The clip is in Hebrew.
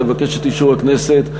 אבקש את אישור הכנסת.